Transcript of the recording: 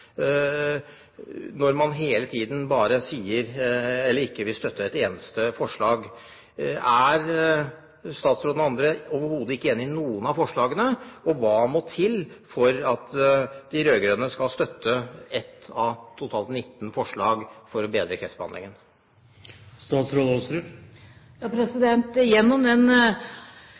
Når skal interessen og denne høye prioriteten gi handlekraft når man ikke vil støtte et eneste forslag? Er statsråden eller andre overhodet ikke enig i noen av forslagene, og hva må til for at de rød-grønne skal støtte ett av totalt 19 forslag for å bedre kreftbehandlingen? Gjennom den